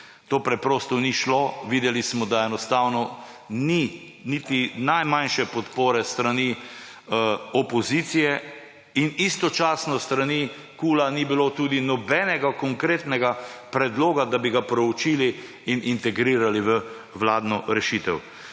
To preprosto ni šlo, videli smo, da enostavno ni niti najmanjše podpore s strani opozicije in istočasno s strani KUL ni bilo niti nobenega konkretnega predloga, da bi ga proučili in integrirali v vladno rešitev.